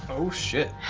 oh shit.